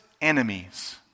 enemies